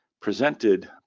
presented